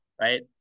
right